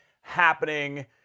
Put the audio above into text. happening